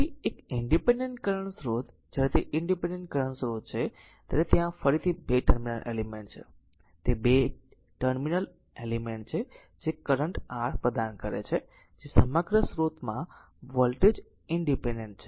તેથી એક independent current સ્રોત જ્યારે તે ઇનડીપેન્ડેન્ટ કરંટ સ્રોત છે ત્યારે ત્યાં ફરીથી બે ટર્મિનલ એલિમેન્ટ છે તે બે ટર્મિનલ એલિમેન્ટ છે જે કરંટ r પ્રદાન કરે છે જે સમગ્ર સ્રોતમાં વોલ્ટેજ ઇનડીપેન્ડેન્ટ છે